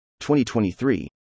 2023